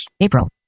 April